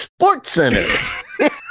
SportsCenter